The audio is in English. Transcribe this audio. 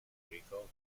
rico